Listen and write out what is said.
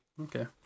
okay